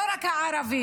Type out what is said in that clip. לא רק הערבים.